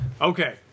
Okay